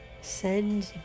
Send